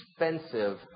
expensive